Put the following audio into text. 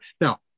Now